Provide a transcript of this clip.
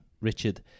Richard